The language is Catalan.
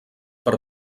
per